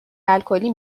الکلی